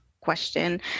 question